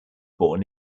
born